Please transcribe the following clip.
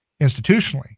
institutionally